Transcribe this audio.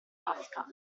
tasca